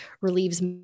relieves